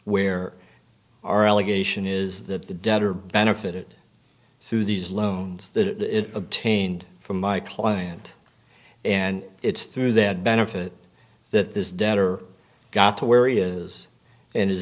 where our allegation is that the debtor benefited through these loans that obtained from my client and it's through that benefit that this debtor got to where he is and is